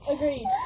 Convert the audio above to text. Agreed